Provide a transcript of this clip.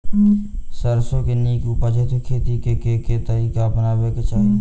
सैरसो केँ नीक उपज हेतु खेती केँ केँ तरीका अपनेबाक चाहि?